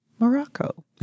Morocco